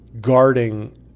guarding